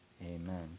Amen